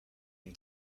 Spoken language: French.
une